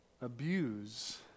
abuse